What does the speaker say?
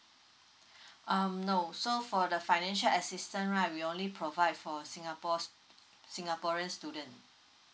um no so for the financial assistance right we only provide for singapore singaporean student